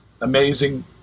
amazing